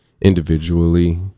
individually